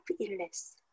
illness